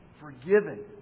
forgiven